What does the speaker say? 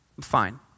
Fine